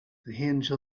hinge